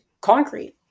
concrete